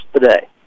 today